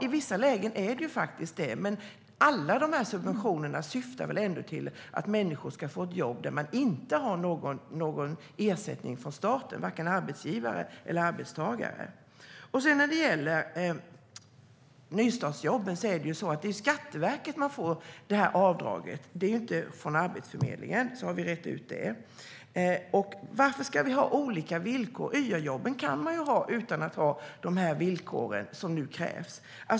I vissa lägen är det faktiskt det, men alla de här subventionerna syftar väl ändå till att människor ska få ett jobb där varken arbetsgivare eller arbetstagare har någon ersättning från staten. När det gäller nystartsjobben är det Skatteverket man får avdraget från och inte Arbetsförmedlingen, så har vi rett ut det. Varför ska vi ha olika villkor? YA-jobben kan man ju ha utan de här villkoren som nu krävs.